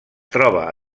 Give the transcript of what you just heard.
troba